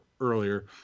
earlier